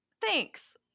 thanks